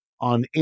on